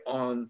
on